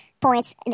points